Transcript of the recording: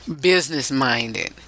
business-minded